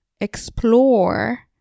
explore